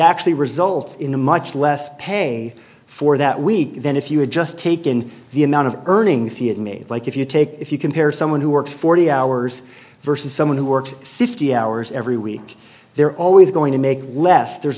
actually results in a much less pay for that week then if you had just taken the amount of earnings he had made like if you take if you compare someone who works forty hours versus someone who works fifty hours every week they're always going to make less there's